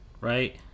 right